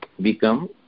become